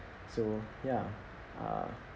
so ya uh